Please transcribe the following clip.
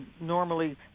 normally